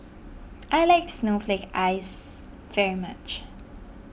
I like Snowflake Ice very much